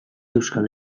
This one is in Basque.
euskal